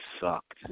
sucked